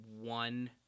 one